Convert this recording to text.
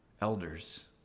elders